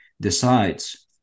decides